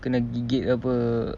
kena gigit ke apa